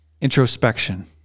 Introspection